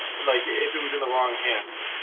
like, if it was in the wrong hands.